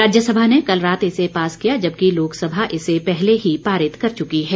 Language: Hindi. राज्यसभा ने कल रात इसे पास किया जबकि लोकसभा इसे पहले ही पारित कर चुकी है